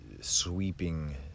sweeping